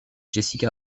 jessica